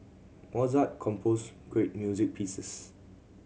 Mozart composed great music pieces